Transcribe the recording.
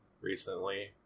recently